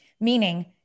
meaning